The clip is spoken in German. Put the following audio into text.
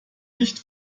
nicht